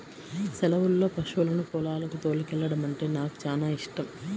సెలవుల్లో పశువులను పొలాలకు తోలుకెల్లడమంటే నాకు చానా యిష్టం